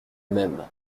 même